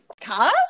Cars